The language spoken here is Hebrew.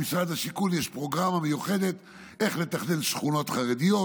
למשרד השיכון יש פרוגרמה מיוחדת איך לתכנן שכונות חרדיות,